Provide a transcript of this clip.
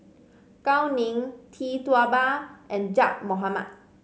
Gao Ning Tee Tua Ba and Zaqy Mohamad